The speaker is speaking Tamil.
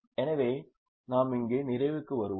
எனவே நாம் இங்கே நிறைவுக்கு வருவோம்